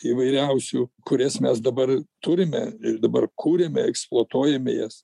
įvairiausių kurias mes dabar turime ir dabar kūrėme eksploatuojame jas